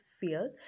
feel